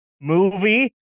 movie